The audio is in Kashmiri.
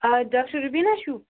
آ ڈاکٹر رُبیٖنا چھُو